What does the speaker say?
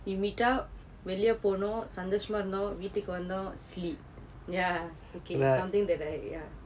we meet up வெளியே போனோம் சந்தோசமா இருந்தோம் வீட்டுக்கு வந்தோம்:veliye ponoam santhosamaa irunthoam vittukku vanthoam sleep ya okay something that I